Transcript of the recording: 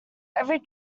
every